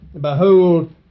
Behold